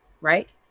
right